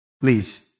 Please